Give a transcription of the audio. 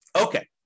Okay